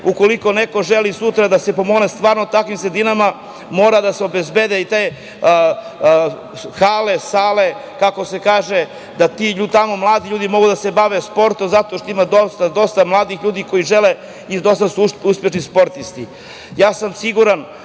ukoliko neko želi sutra da se pomogne, stvarno takvim sredinama mora da se obezbede i te hale, sale, kako se kaže, da ti tamo mladi ljudi mogu da se bave sportom zato što ima dosta mladih ljudi koji žele i dosta su uspešni sportisti. Ja